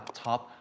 top